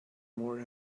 more